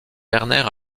werner